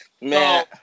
Man